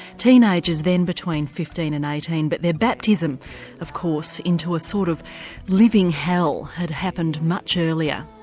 teenagers then, between fifteen and eighteen, but their baptism of course into a sort of living hell had happened much earlier.